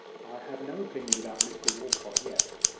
i have no opinion about mr walcot yet,